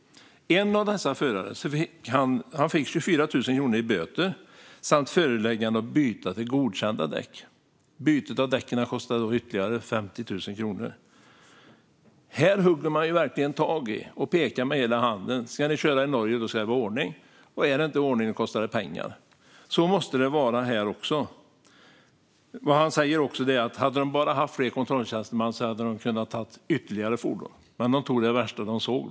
En av dessa förare fick 24 000 kronor i böter samt föreläggande att byta till godkända däck. Bytet av däck kostar ytterligare 50 000 kronor. De hugger verkligen tag och pekar med hela handen: "Ska ni köra i Norge ska det vara ordning. Och om det inte är ordning kostar det pengar." Så måste det vara här också. Kontorschefen säger också att om de bara hade haft fler kontrolltjänstemän hade de kunnat ta ytterligare fordon. De tog de värsta de såg.